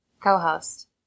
co-host